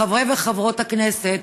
לחברי וחברות הכנסת,